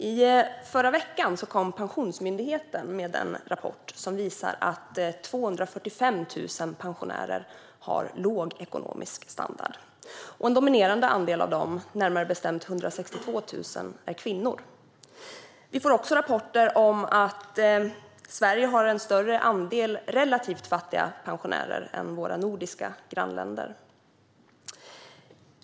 Herr talman! I förra veckan kom Pensionsmyndigheten med en rapport som visar att 245 000 pensionärer har låg ekonomisk standard. Och en dominerande andel av dem, närmare bestämt 162 000, är kvinnor. Vi får också rapporter om att Sverige har en större andel relativt fattiga pensionärer än våra nordiska grannländer.